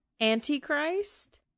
Antichrist